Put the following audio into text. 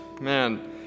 Man